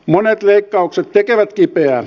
monet leikkaukset tekevät kipeää